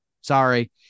Sorry